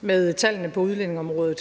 med tallene på udlændingeområdet,